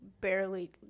barely